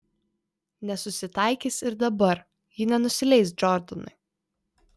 nesusitaikys ir dabar ji nenusileis džordanui